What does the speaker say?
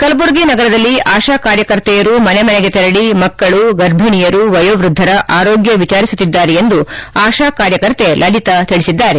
ಕಲಬುರಗಿ ನಗರದಲ್ಲಿ ಆಶಾ ಕಾರ್ಯಕರ್ತೆಯರು ಮನೆಮನೆಗೆ ತೆರಳಿ ಮಕ್ಕಳು ಗರ್ಭಣಿಯರು ವಯೋವೃದ್ಧರ ಆರೋಗ್ಡ ವಿಜಾರಿಸುತ್ತಿದ್ದಾರೆ ಎಂದು ಆಶಾ ಕಾರ್ಯಕರ್ತೆ ಲಲಿತಾ ಅವರು ತಿಳಿಸಿದ್ದಾರೆ